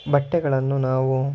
ಬಟ್ಟೆಗಳನ್ನು ನಾವು